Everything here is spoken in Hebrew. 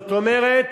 זאת אומרת,